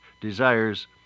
desires